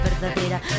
verdadera